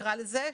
נקרא לזה,